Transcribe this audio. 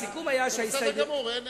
הסיכום היה שההסתייגות, מה היה הסיכום?